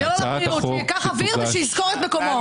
שייקח אוויר ושיזכור את מקומו.